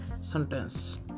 sentence